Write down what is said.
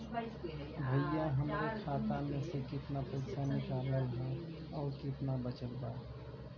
भईया हमरे खाता मे से कितना पइसा निकालल ह अउर कितना बचल बा?